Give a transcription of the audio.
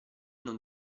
non